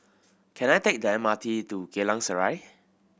can I take the M R T to Geylang Serai